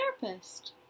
therapist